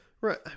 Right